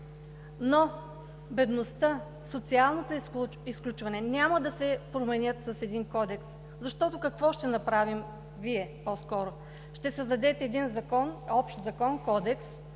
но бедността и социалното изключване няма да се променят с един кодекс. Защото какво ще направите Вие? Ще създадете един общ закон – Кодекс,